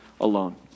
alone